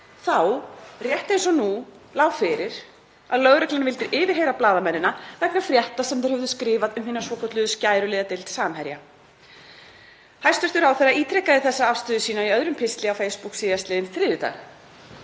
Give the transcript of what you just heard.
Þá, rétt eins og nú, lá fyrir að lögreglan vildi yfirheyra blaðamennina vegna frétta sem þeir höfðu skrifað um hina svokölluðu skæruliðadeild Samherja. Hæstv. ráðherra ítrekaði þessa afstöðu sína í öðrum pistli á Facebook síðastliðinn þriðjudag.